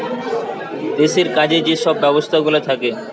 দেশের কাজে যে সব ব্যবস্থাগুলা থাকে